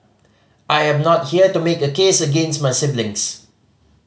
I am not here to make a case against my siblings